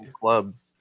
clubs